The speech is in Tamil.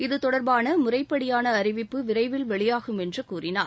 இதுதொடர்பான முறைப்படியான அறிவிப்பு விரைவில் வெளியாகும் என்று கூறினார்